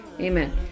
Amen